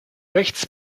rechts